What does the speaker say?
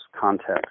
context